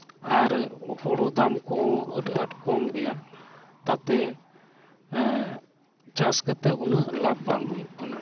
ᱟᱨ ᱦᱩᱲᱩ ᱫᱟᱢ ᱠᱚᱦᱚᱸ ᱟᱹᱰᱤ ᱟᱸᱴ ᱠᱚᱢ ᱜᱮᱭᱟ ᱛᱟᱛᱮ ᱪᱟᱥ ᱠᱟᱛᱮ ᱩᱱᱟᱹᱜ ᱞᱟᱵᱽ ᱵᱟᱝ ᱦᱩᱭᱩᱜ ᱠᱟᱱᱟ